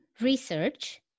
research